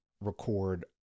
record